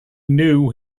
knew